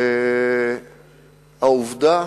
הוא העובדה